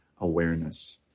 awareness